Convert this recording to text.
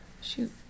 Shoot